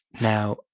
Now